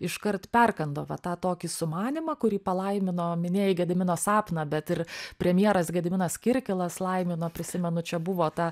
iškart perkando va tą tokį sumanymą kurį palaimino minėjai gedimino sapną bet ir premjeras gediminas kirkilas laimino prisimenu čia buvo ta